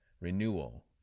renewal